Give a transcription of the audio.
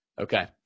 Okay